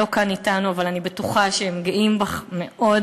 הם לא כאן אתנו, אבל אני בטוחה שהם גאים בך מאוד.